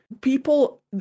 people